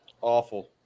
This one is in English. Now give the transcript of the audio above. Awful